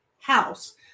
house